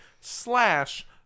slash